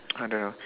I don't know